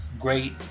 great